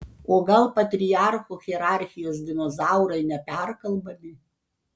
o gal patriarcho hierarchijos dinozaurai neperkalbami